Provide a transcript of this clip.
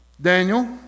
Daniel